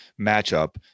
matchup